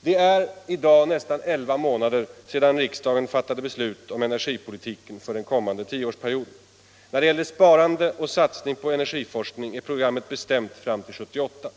Det är i dag nästan elva månader sedan riksdagen fattade beslut om energipolitiken för den kommande tioårsperioden. När det gäller sparande och satsning på energiforskning är programmet bestämt fram till 1978.